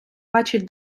бачить